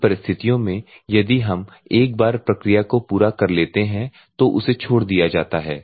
इन परिस्थितियों में यदि हम एक बार प्रक्रिया को पूरा कर लेते हैं तो उसे छोड़ दिया जाता है